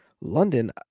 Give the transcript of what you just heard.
London